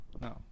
No